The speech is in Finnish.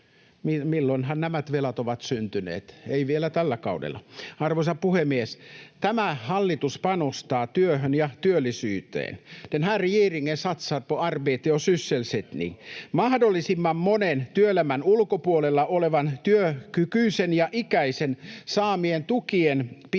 Milloinhan nämä velat ovat syntyneet? Ei vielä tällä kaudella. Arvoisa puhemies! Tämä hallitus panostaa työhön ja työllisyyteen. Den här regeringen satsar på arbete och sysselsättning. Mahdollisimman monen työelämän ulkopuolella olevan työkykyisen ja -ikäisen saaminen tukien piiristä